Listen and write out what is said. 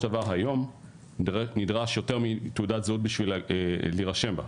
דבר היום נדרש יותר מתעודת זהות בשביל להירשם בה?